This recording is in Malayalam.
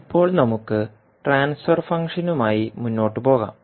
ഇപ്പോൾ നമുക്ക് ട്രാൻസ്ഫർ ഫംഗ്ഷനുമായി മുന്നോട്ട് പോകാം